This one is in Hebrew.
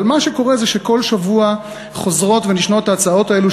אבל מה שקורה זה שכל שבוע חוזרות ונשנות ההצעות האלה,